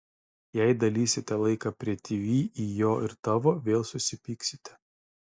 jei dalysite laiką prie tv į jo ir tavo vėl susipyksite